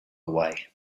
away